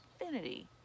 infinity